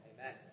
Amen